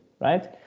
right